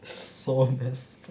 so nasty